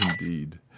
indeed